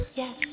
yes